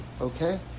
Okay